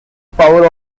power